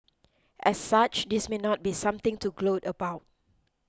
as such this may not be something to gloat about